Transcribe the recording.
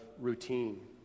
routine